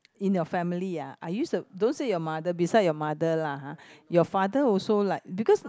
in your family ah I used to don't say your mother besides your mother lah your father also like because